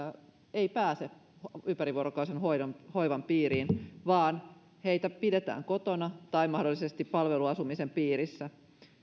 ei pääse ympärivuorokautisen hoivan piiriin vaan heitä pidetään kotona tai mahdollisesti palveluasumisen piirissä